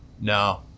No